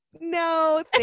no